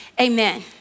Amen